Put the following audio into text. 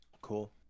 Cool